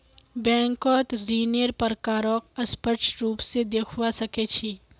बैंकत ऋन्नेर प्रकारक स्पष्ट रूप से देखवा सके छी